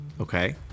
Okay